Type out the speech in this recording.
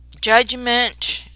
judgment